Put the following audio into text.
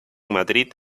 madrid